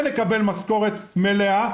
כן יקבל משכורת מלאה.